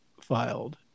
filed